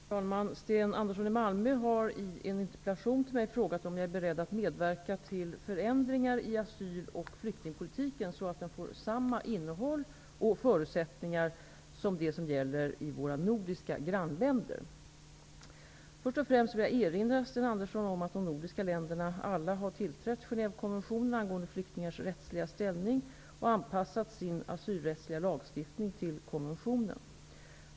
Herr talman! Sten Andersson i Malmö har i en interpellation till mig frågat om jag är beredd att medverka till förändringar i asyl och flyktingpolitiken så att den får samma innehåll och förutsättningar som de som gäller i våra nordiska grannländer. Först och främst vill jag erinra Sten Andersson att de nordiska länderna alla tillträtt Genèvekonventionen angående flyktingars rättsliga ställning och anpassat sin asylrättsliga lagstiftning till konventionen.